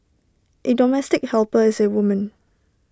A domestic helper is A woman